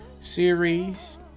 series